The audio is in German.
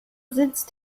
sitzt